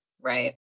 right